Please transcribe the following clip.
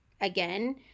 again